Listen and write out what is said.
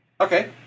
Okay